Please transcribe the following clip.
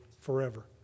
forever